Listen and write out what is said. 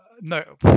no